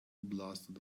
blasted